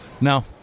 No